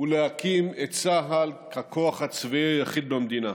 ולהקים את צה"ל ככוח הצבאי היחיד במדינה,